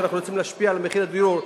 כשאנחנו רוצים להשפיע על מחיר הדיור,